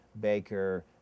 Baker